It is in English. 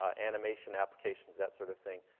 ah animation applications, that sort of thing,